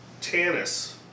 Tannis